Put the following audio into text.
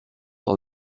all